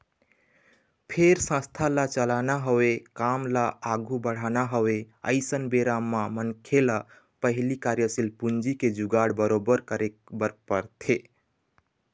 फेर संस्था ल चलाना हवय काम ल आघू बढ़ाना हवय अइसन बेरा बर मनखे ल पहिली कार्यसील पूंजी के जुगाड़ बरोबर करे बर परथे